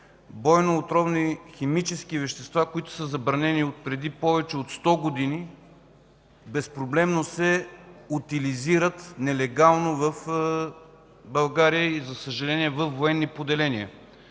бойни отровни химически вещества, които са забранени отпреди повече от 100 години, безпроблемно се утилизират, нелегално, в България и, за съжаление, във военни поделения.